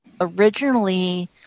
originally